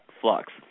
flux